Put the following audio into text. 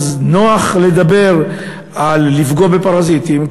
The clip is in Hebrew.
אז נוח לדבר על לפגוע בפרזיטים,